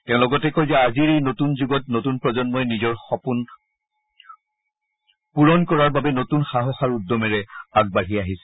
তেওঁ লগতে কয় যে আজিৰ এই নতুন যুগত নতুন প্ৰজন্মই নিজৰ সপোন পুণৰ বাবে নতুন সাহস আৰু উদ্যমেৰে আগবাঢ়ি আহিছে